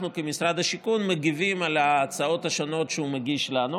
אנחנו כמשרד השיכון מגיבים על ההצעות השונות שהוא מגיש לנו,